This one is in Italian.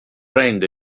rende